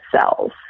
cells